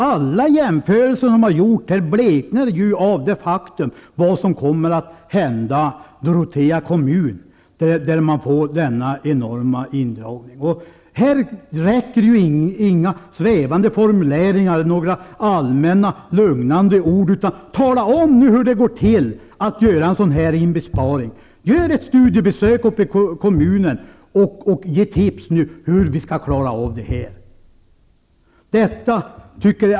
Alla jämförelser som gjorts bleknar inför vad som kommer att hända Dorotea kommun, där man får denna enorma indragning. Här räcker inga svävande formuleringar eller några allmänna lugnande ord. Tala om hur det går till att göra en sådan här inbesparing! Gör ett studiebesök uppe i kommunen och ge tips om hur vi skall klara av detta.